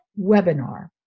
webinar